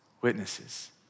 Witnesses